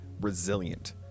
Resilient